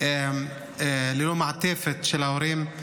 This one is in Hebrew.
ללא מעטפת של ההורים.